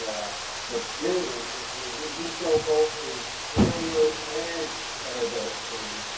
the building and then we show both the aerial and the